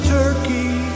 turkey